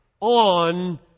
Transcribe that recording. on